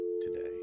today